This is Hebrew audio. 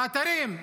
באתרים,